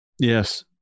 Yes